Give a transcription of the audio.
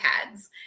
pads